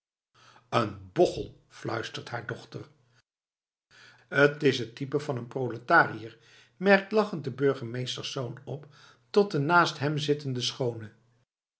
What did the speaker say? een bochel fluistert haar dochter t is het type van een proletariër merkt lachend de burgemeesterszoon op tot de naast hem zittende schoone